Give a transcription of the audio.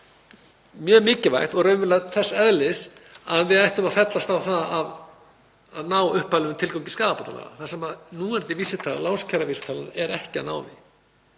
mjög mikilvægt og raunverulega þess eðlis að við ættum að fallast á það að ná upphaflegum tilgangi skaðabótalaga þar sem núverandi vísitala, lánskjaravísitalan, er ekki að ná því.